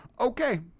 Okay